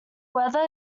weather